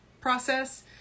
process